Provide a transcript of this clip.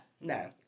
No